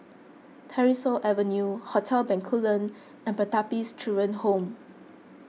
Tyersall Avenue Hotel Bencoolen and Pertapis Children Home